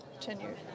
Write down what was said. tenure